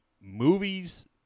movies